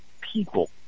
people